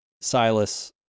Silas